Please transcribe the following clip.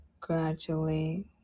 gradually